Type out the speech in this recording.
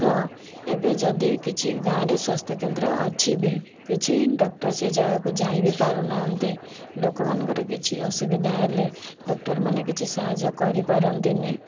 ତ ଏବେ ଯଦି କିଛି ଗାଁରେ ସ୍ଵାସ୍ଥ୍ୟ କେନ୍ଦ୍ର ଅଛି ବି କିଛି ଡକ୍ଟର ସେଇ ଜାଗାକୁ ଯାଇ ବି ପାରୁନାହାଁନ୍ତି ଲୋକମାନଙ୍କର କିଛି ଅସୁବିଧା ହେଲେ ଡକ୍ଟରମାନେ କିଛି ସାହାଯ୍ୟ କରିପାରନ୍ତି ନାହିଁ